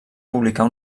publicar